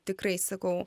tikrai sakau